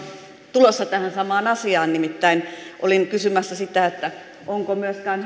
tulossa tähän samaan asiaan nimittäin olin kysymässä sitä että onko myöskään hallituksella keskenään